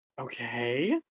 Okay